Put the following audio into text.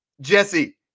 Jesse